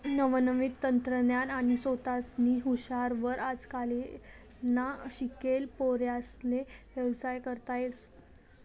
नवनवीन तंत्रज्ञान आणि सोतानी हुशारी वर आजकालना शिकेल पोर्यास्ले व्यवसाय करता येस